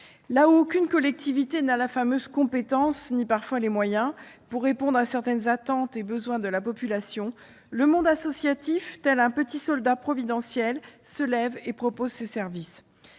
Là où aucune collectivité n'a la fameuse « compétence », ni parfois les moyens, pour répondre à certaines attentes et besoins de la population, le monde associatif, tel un petit soldat providentiel, se lève et propose ses services.